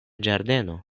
ĝardeno